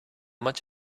much